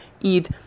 eat